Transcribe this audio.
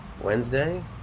Wednesday